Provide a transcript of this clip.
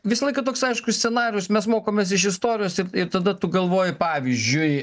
visą laiką toks aiškus scenarijus mes mokomės iš istorijos ir tada tu galvoji pavyzdžiui